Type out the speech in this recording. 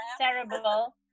terrible